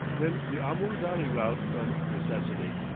then the amoor valley route from necessity.